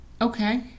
Okay